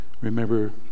remember